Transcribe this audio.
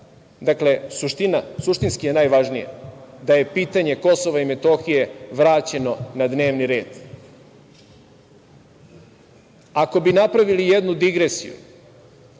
da skratim. Suštinski je najvažnije da je pitanje Kosova i Metohije vraćeno na dnevni red. Ako bi napravili jednu digresiju,